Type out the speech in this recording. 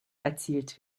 erzielt